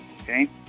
Okay